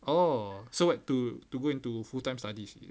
oh so what to to go into full time studies is it